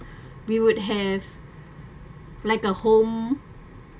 we would have like a home